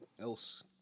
else